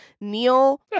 Neil